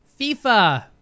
FIFA